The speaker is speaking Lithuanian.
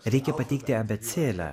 reikia pateikti abėcėlę